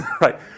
right